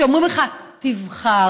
שאומרים לך: תבחר.